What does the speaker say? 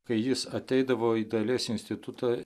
kai jis ateidavo į dailės institutą